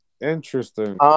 interesting